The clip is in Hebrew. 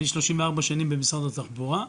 אני 34 שנים במשרד התחבורה,